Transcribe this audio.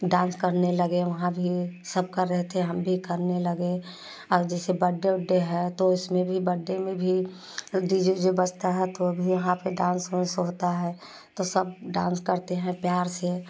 dance करने लगे वहाँ भी सब कर रहे थे हम भी करने लगे और जैसे बड्डे उड्डे है तो उसमें भी बड्डे में भी डीजे उजे बजता है तो भी यहाँ पर डांस उंस होता है तो सब डांस करते हैं प्यार से